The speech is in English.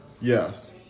Yes